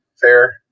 fair